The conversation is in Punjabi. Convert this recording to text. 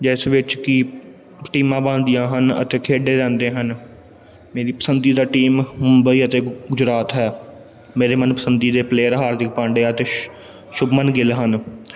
ਜਿਸ ਵਿੱਚ ਕਿ ਟੀਮਾਂ ਬਣਦੀਆਂ ਹਨ ਅਤੇ ਖੇਡੇ ਜਾਂਦੇ ਹਨ ਮੇਰੀ ਪਸੰਦੀਦਾ ਟੀਮ ਮੁੰਬਈ ਅਤੇ ਗੁ ਗੁਜਰਾਤ ਹੈ ਮੇਰੇ ਮਨ ਪਸੰਦੀਦੇ ਪਲੇਅਰ ਹਾਰਦਿਕ ਪਾਂਡਿਆ ਅਤੇ ਸ਼ੁ ਸ਼ੁੱਭਮਨ ਗਿੱਲ ਹਨ